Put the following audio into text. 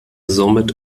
somit